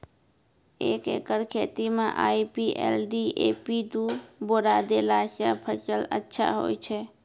एक एकरऽ खेती मे आई.पी.एल डी.ए.पी दु बोरा देला से फ़सल अच्छा होय छै?